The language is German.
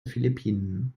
philippinen